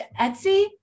Etsy